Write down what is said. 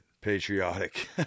Patriotic